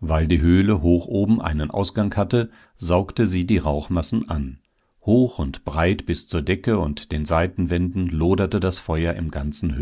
weil die höhle hoch oben einen ausgang hatte saugte sie die rauchmassen an hoch und breit bis zur decke und den seitenwänden loderte das feuer im ganzen